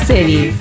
City